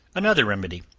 another remedy.